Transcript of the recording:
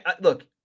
look